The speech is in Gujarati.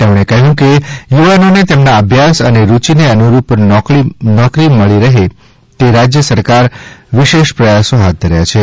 તેમણે કહ્યું કે યુવાનોને તેમના અભ્યાસ અને રૂચિને અનુરૂપ નોકરી મળે તે રાજ્ય સરકાર વિશેષ પ્રયાસો હાથ ધર્યા છે